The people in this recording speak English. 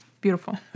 Beautiful